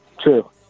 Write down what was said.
True